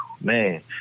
Man